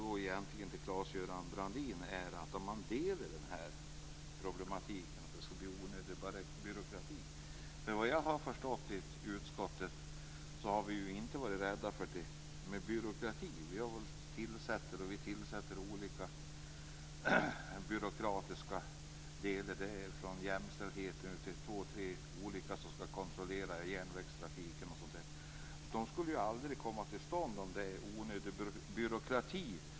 Jag undrar om Claes-Göran Brandin delar uppfattningen när det gäller den problematiken, nämligen att det skulle bli en onödig byråkrati. Såvitt jag förstått i utskottet har vi inte varit rädda för byråkrati. Vi gör ju olika byråkratiska tillsättningar. Det kan gälla jämställdhet eller att två tre olika kontrollerar järnvägstrafiken osv. Sådant skulle ju aldrig komma till stånd om vi var rädda för onödig byråkrati.